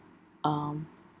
um